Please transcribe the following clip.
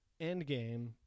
Endgame